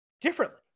differently